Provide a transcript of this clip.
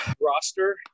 roster